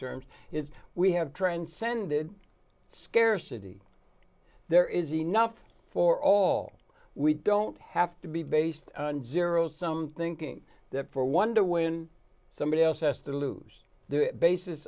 terms is we have transcended scarcity there is enough for all we don't have to be based on zero sum thinking that for wonder when somebody else asked the lose the basis